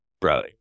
bro